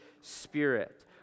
Spirit